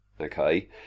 okay